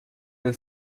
den